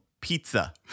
Pizza